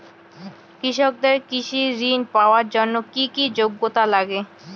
কৃষকদের কৃষি ঋণ পাওয়ার জন্য কী কী যোগ্যতা লাগে?